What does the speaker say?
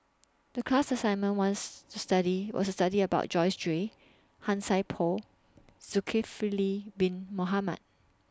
The class assignment once to study was study about Joyce Jue Han Sai Por Zulkifli Bin Mohamed